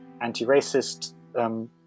anti-racist